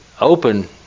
open